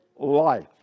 life